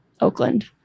Oakland